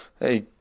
Hey